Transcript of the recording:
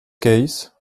case